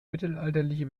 mittelalterliche